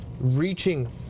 reaching